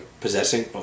possessing